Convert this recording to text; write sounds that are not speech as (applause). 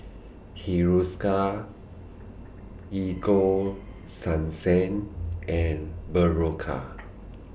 Hiruscar Ego (noise) Sunsense and Berocca